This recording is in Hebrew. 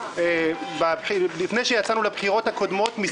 לפני שיצאנו לבחירות הקודמות,